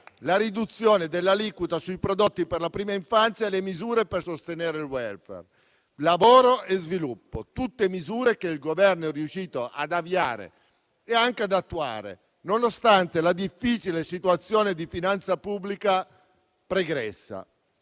la riduzione dell'aliquota sui prodotti per la prima infanzia e le misure per sostenere il *welfare*. Lavoro e sviluppo; tutte misure che il Governo è riuscito ad avviare e anche ad attuare nonostante la difficile situazione di finanza pubblica pregressa.